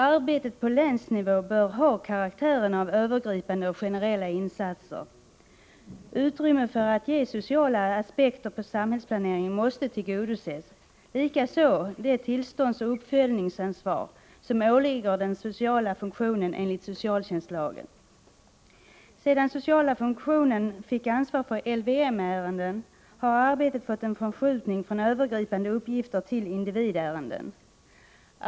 Arbetet på länsnivå bör ha karaktären av övergripande och generella insatser. Utrymme för att anlägga sociala aspekter på samhällsplaneringen måste ges. Likaså måste man få möjligheter att ta det tillståndsoch uppföljningsansvar som enligt socialtjänstlagen åligger den sociala funktionen. Sedan den sociala funktionen fick ansvar för LVM-ärenden har arbetet förskjutits från övergripande uppgifter till individärenden.